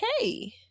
Okay